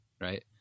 right